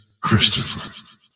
Christopher